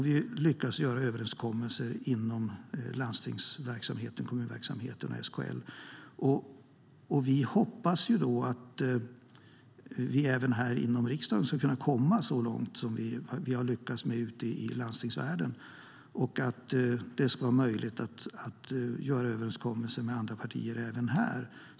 Vi lyckas göra överenskommelser inom landstingsverksamheten, kommunverksamheten och SKL. Vi hoppas att vi även här inom riksdagen ska kunna komma så långt som vi har lyckats komma ute i landstingsvärlden och att det ska vara möjligt att göra breda överenskommelser med andra partier även här.